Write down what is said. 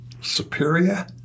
superior